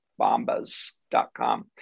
Bombas.com